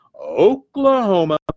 Oklahoma